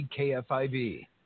KFIV